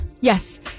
Yes